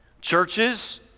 churches